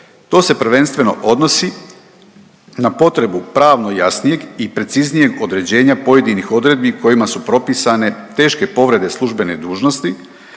To se prvenstveno odnosi na potrebu pravno jasnijeg i preciznijeg određenja pojedinih odredbi kojima su propisane teške povrede službene dužnosti,